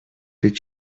did